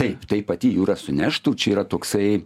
taip tai pati jūra suneštų čia yra toksai